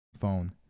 phone